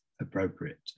appropriate